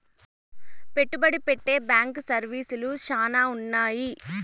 పెట్టుబడి పెట్టే బ్యాంకు సర్వీసులు శ్యానా ఉన్నాయి